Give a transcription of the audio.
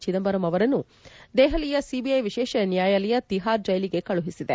ಚಿದಂಬರಂ ಅವರನ್ನು ದೆಹಲಿಯ ಸಿಬಿಐ ವಿಶೇಷ ನ್ಯಾಯಾಲಯ ತಿಹಾರ್ ಜ್ವೆಲಿಗೆ ಕಳುಹಿಸಿದೆ